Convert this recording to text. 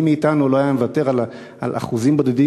מי מאתנו לא היה מוותר על אחוזים בודדים